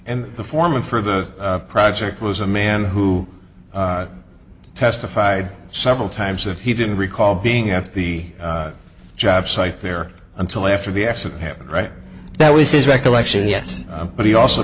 and the foreman for the project was a man who testified several times that he didn't recall being at the job site there until after the accident happened right that was his recollection yes but he also